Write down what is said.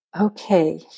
Okay